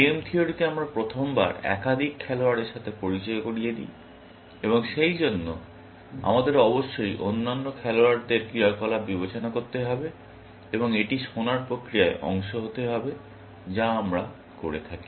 game থিওরিতে আমরা প্রথমবার একাধিক খেলোয়াড়ের সাথে পরিচয় করিয়ে দিই এবং সেইজন্য আমাদের অবশ্য়ই অন্যান্য খেলোয়াড়দের ক্রিয়াকলাপ বিবেচনা করতে হবে এবং এটি শোনার প্রক্রিয়ার অংশ হতে হবে যা আমরা করে থাকি